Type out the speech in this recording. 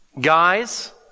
Guys